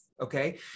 okay